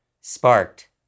sparked